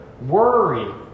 worry